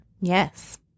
Yes